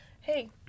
Hey